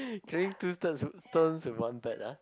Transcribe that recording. killing two stones with one bird ah